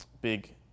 big